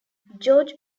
george